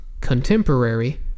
contemporary